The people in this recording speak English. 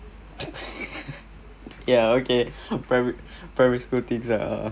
ya okay how pri~ primary school things ah